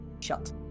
shut